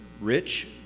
rich